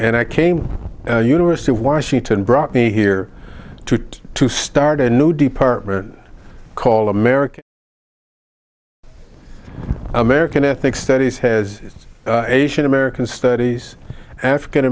and i came university of washington brought me here to start a new department called american american ethnic studies his asian american studies african